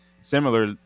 similar